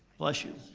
bless you.